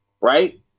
right